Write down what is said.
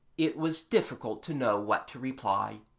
it was difficult to know what to reply.